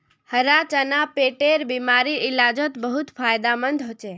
हरा चना पेटेर बिमारीर इलाजोत बहुत फायदामंद होचे